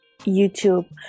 YouTube